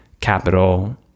capital